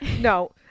No